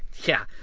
yeah,